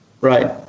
Right